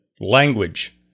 language